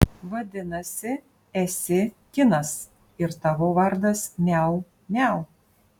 vadinasi esi kinas ir tavo vardas miau miau